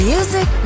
Music